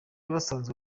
basanzwe